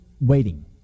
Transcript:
waiting